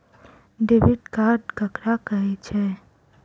Debit card ककरा कहै छै?